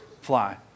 fly